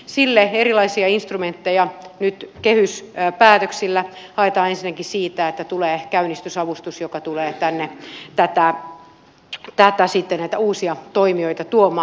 sille erilaisia instrumentteja nyt kehyspäätöksillä haetaan ensinnäkin siitä että tulee käynnistysavustus joka tulee tänne sitten näitä uusia toimijoita tuomaan